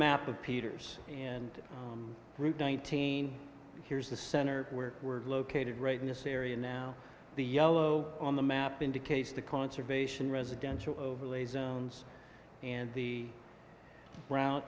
map of peters and route nineteen here's the center where we're located right in this area now the yellow on the map indicates the conservation residential overlay zones and the bro